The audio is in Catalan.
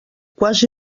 quasi